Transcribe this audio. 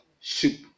Soup